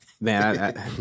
Man